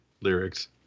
lyrics